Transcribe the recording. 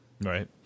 Right